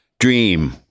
Dream